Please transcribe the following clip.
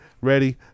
ready